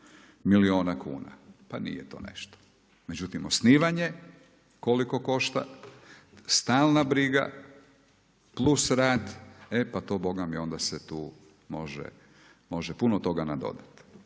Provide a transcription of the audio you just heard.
milijuna kuna. Pa nije to nešto. Međutim, osnivanje koliko košta, stalna briga, plus rad, e pa to onda se tu može puno toga nadodati.